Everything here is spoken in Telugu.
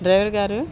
డ్రైవర్ గారు